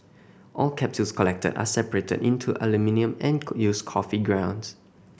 all capsules collected are separated into aluminium and used coffee grounds